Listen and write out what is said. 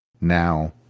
Now